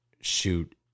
shoot